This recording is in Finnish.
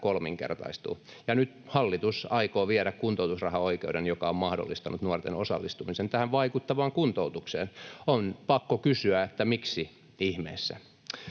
kolminkertaistuu. Nyt hallitus aikoo viedä kuntoutusrahaoikeuden, joka on mahdollistanut nuorten osallistumisen tähän vaikuttavaan kuntoutukseen. On pakko kysyä: miksi ihmeessä?